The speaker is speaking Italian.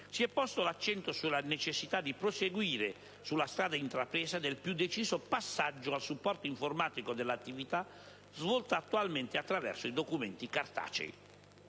Si è posto poi l'accento sulla necessità di proseguire sulla strada intrapresa del più deciso passaggio al supporto informatico dell'attività svolta attualmente attraverso i documenti cartacei.